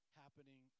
happening